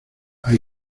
hay